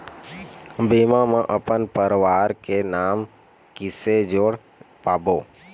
बीमा म अपन परवार के नाम किसे जोड़ पाबो?